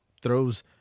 throws